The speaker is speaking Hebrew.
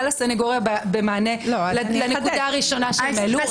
לסנגוריה במענה לנקודה הראשונה שהם העלו.